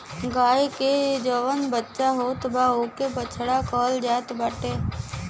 गाई के जवन बच्चा होत बा ओके बछड़ा कहल जात बाटे